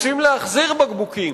רוצים להחזיר בקבוקים,